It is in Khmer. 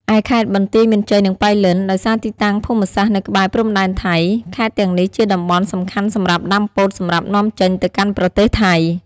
ឯខេត្តបន្ទាយមានជ័យ និងប៉ៃលិន ដោយសារទីតាំងភូមិសាស្ត្រនៅក្បែរព្រំដែនថៃ ខេត្តទាំងនេះជាតំបន់សំខាន់សម្រាប់ដាំពោតសម្រាប់នាំចេញទៅកាន់ប្រទេសថៃ។